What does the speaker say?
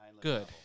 Good